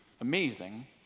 amazing